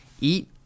eat